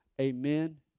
Amen